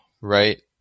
right